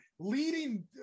Leading